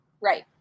Right